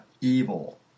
evil